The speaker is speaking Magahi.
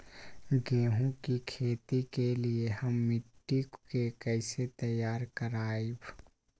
गेंहू की खेती के लिए हम मिट्टी के कैसे तैयार करवाई?